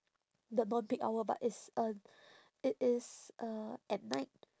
the non peak hour but is uh it is uh at night